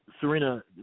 Serena